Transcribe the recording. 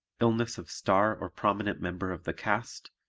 illness of star or prominent member of the cast,